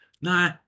nah